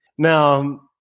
Now